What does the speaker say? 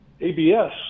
abs